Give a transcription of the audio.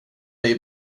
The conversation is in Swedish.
dig